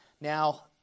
Now